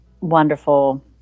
wonderful